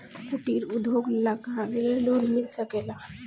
कुटिर उद्योग लगवेला लोन मिल सकेला?